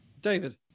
David